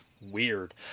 Weird